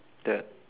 that